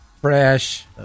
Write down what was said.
Fresh